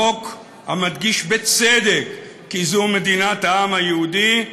בחוק, המדגיש, בצדק, כי זו מדינת העם היהודי,